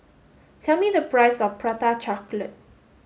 tell me the price of Prata chocolate